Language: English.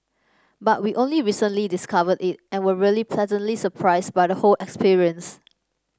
but we only recently discovered it and were really pleasantly surprised by the whole experience